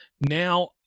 Now